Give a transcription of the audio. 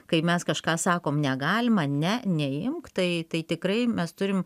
kai mes kažką sakom negalima ne neimk tai tai tikrai mes turim